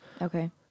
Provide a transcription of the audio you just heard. Okay